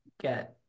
get